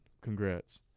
Congrats